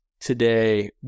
today